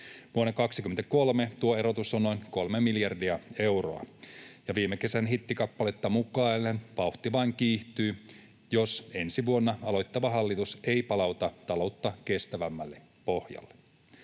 Vuonna 23 tuo erotus on noin kolme miljardia euroa, ja viime kesän hittikappaletta mukaillen vauhti vain kiihtyy, jos ensi vuonna aloittava hallitus ei palauta taloutta kestävämmälle pohjalle.